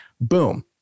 boom